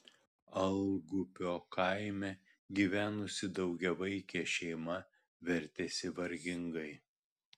algupio kaime gyvenusi daugiavaikė šeima vertėsi vargingai